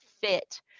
fit